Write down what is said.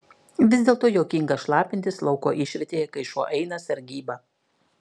vis dėlto juokinga šlapintis lauko išvietėje kai šuo eina sargybą